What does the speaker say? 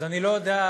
אז אני לא יודע,